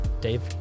Dave